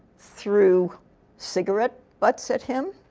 threw cigarette butts at him.